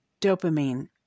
dopamine